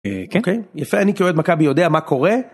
אוקיי. יפה, אני כאוהד מכבי יודע מה קורה.